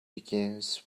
begins